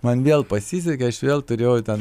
man vėl pasisekė aš vėl turėjau ten